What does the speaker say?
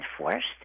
enforced